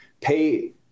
pay